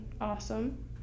awesome